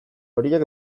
horiei